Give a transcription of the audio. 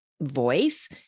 voice